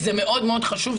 זה מאוד מאוד חשוב.